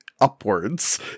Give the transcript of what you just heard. upwards